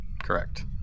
Correct